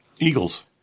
Eagles